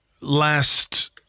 last